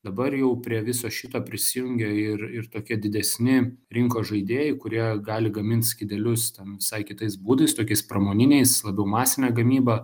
dabar jau prie viso šito prisijungia ir ir tokie didesni rinkos žaidėjai kurie gali gamint skydelius ten visai kitais būdais tokiais pramoniniais labiau masinė gamyba